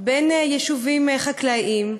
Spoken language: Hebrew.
בין יישובים חקלאיים,